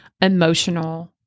emotional